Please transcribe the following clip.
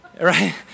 right